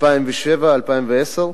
2007 2010,